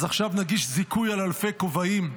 אז עכשיו נגיש זיכוי על אלפי כובעים?